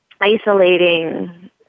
isolating